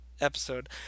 episode